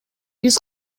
биз